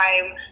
time